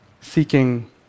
seeking